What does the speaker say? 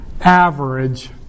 average